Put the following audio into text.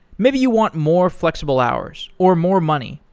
maybe you want more flexible hours, or more money,